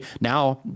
now